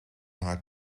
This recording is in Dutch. haar